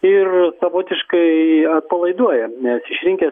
ir savotiškai atpalaiduoja nes išrinkęs